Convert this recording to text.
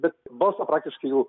bet balso praktiškai jau